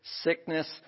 sickness